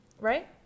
Right